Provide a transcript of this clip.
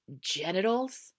genitals